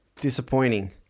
disappointing